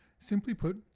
simply put,